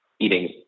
eating